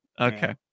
okay